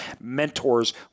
mentors